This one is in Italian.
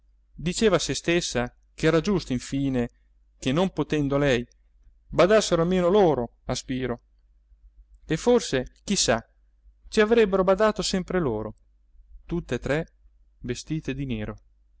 diceva a se stessa ch'era giusto infine che non potendo lei badassero almeno loro a spiro e forse chi sa ci avrebbero badato sempre loro tutte e tre vestite di nero